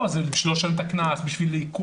בשביל לא לשלם את הקנס או בשביל לברר